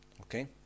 Okay